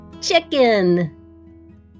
Chicken